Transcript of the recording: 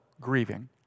grieving